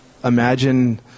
Imagine